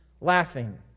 laughing